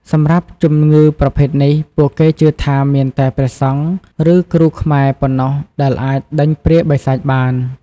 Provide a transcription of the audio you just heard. សម្រាប់ជំងឺប្រភេទនេះ ពួកគេជឿថាមានតែព្រះសង្ឃ ឬគ្រូខ្មែរប៉ុណ្ណោះដែលអាចដេញព្រាយបិសាចបាន។